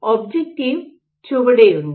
objective ചുവടെയുണ്ട്